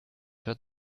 hört